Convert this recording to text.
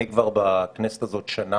אני בכנסת הזאת כבר שנה,